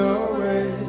away